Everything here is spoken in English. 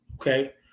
Okay